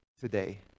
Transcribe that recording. today